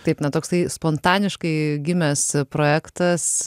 taip na toksai spontaniškai gimęs projektas